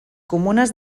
comunes